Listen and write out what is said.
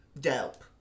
dope